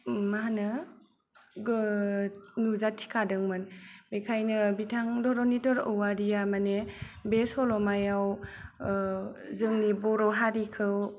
मा होनो नुजाथिखादोंमोन बेखायनो बिथां धरनिधर औवारिया मानि बे सल'मायाव जोंनि बर' हारिखौ